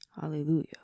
Hallelujah